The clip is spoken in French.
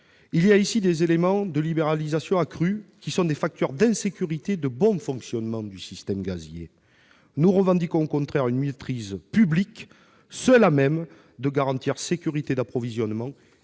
cet article des éléments de libéralisation accrue qui sont des facteurs d'insécurité pour le bon fonctionnement du système gazier. Nous revendiquons au contraire la mise en place d'une maîtrise publique, seule à même de garantir sécurité d'approvisionnement